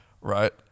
right